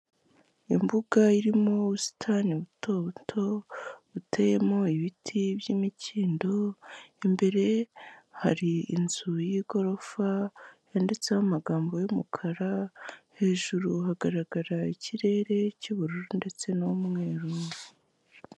Imbuga irimo ubusitani buto buto buteyemo ibiti by'imikindo imbere hari inzu y'igorofa yanditseho amagambo y'umukara hejuru hagaragara ikirere cy'ubururu ndetse n'umweru.